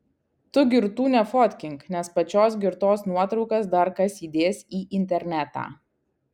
tu girtų nefotkink nes pačios girtos nuotraukas dar kas įdės į internetą